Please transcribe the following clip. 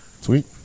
Sweet